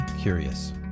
curious